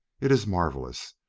it is marvelous.